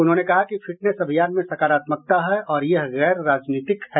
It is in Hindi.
उन्होंने कहा कि फिटनेस अभियान में सकारात्मकता है और यह गैर राजनीतिक है